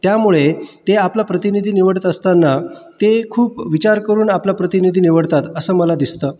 त्यामुळे ते आपला प्रतिनिधी निवडत असताना ते खूप विचार करून आपला प्रतिनिधी निवडतात असं मला दिसतं